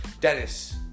Dennis